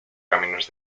caminos